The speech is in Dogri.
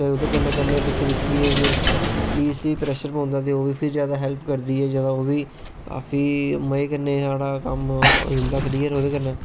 ओहदे कन्ने कन्ने पलीस गी बी प्रेशर पैंदा ते ओह बी फिर ज्यादा हैल्प करदी ऐ ओ वी फिह् मजे कन्नै जाना कम्म होई जंदा क्लियर ओहदे कन्ने